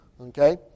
okay